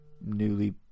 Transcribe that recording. newly